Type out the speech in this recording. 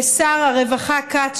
ושר הרווחה כץ,